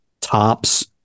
tops